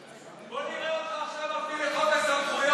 בוא נראה אותך עכשיו מפעיל את חוק הסמכויות.